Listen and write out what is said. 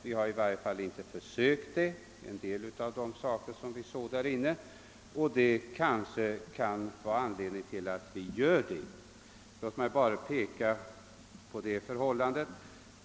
Det har i varje fall inte gjorts försök här i landet med allt det som vi såg i USA, och det kan finnas anledning för oss att göra liknande försök på området.